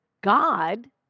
God